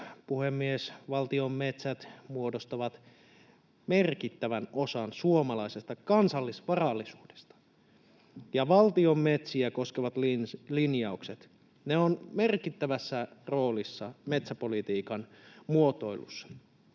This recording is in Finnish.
Valtion metsät muodostavat merkittävän osan suomalaisesta kansallisvarallisuudesta, [Perussuomalaisten ryhmästä: Kyllä!] ja valtion metsiä koskevat linjaukset ovat merkittävässä roolissa metsäpolitiikan muotoilussa.